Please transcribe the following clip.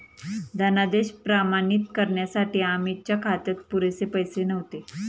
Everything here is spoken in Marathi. धनादेश प्रमाणित करण्यासाठी अमितच्या खात्यात पुरेसे पैसे नव्हते